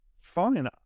fine